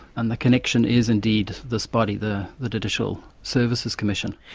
and the connection is indeed this body, the the judicial services commission.